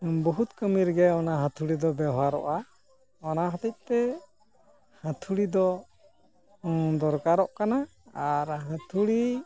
ᱵᱚᱦᱩᱛ ᱠᱟᱹᱢᱤᱨᱮᱜᱮ ᱚᱱᱟ ᱦᱟᱹᱛᱷᱩᱲᱤ ᱫᱚ ᱵᱮᱣᱦᱟᱨᱚᱜᱼᱟ ᱚᱱᱟ ᱦᱚᱛᱮᱡ ᱛᱮ ᱦᱟᱹᱛᱷᱩᱲᱤ ᱫᱚ ᱫᱚᱨᱠᱟᱨᱚᱜ ᱠᱟᱱᱟ ᱟᱨ ᱦᱟᱹᱛᱷᱩᱲᱤ